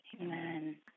Amen